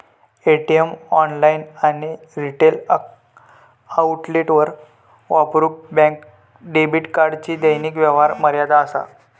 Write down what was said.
ATM, online आणि retail आउटलेटवर वापरूक बँक डेबिट कार्डची दैनिक व्यवहार मर्यादा असा